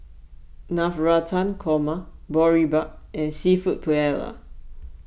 Navratan Korma Boribap and Seafood Paella